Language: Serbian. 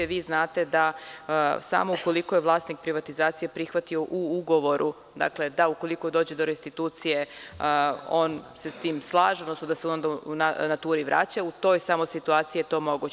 Vi znate da samo ukoliko je vlasnik privatizacije prihvatio u ugovoru da ukoliko dođe do restitucije on se s tim slaže, odnosno da se onda u naturi vraća, znači, samo u toj situaciji je to moguće.